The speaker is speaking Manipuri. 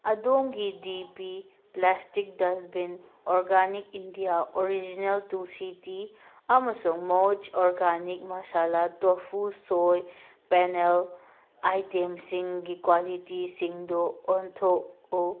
ꯑꯗꯣꯝꯒꯤ D P plastic dustbin organic India original tulsi tea ꯑꯃꯁꯨꯡ ꯃꯨꯖ organic masala tofu soy panel ꯑꯥꯏꯇꯦꯝꯁꯤꯡꯒꯤ ꯀ꯭ꯋꯥꯂꯤꯇꯤꯁꯤꯡꯗꯨ ꯑꯣꯟꯊꯣꯛꯎ